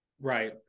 Right